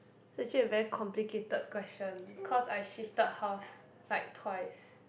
is actually a very complicated question cause I shifted house like twice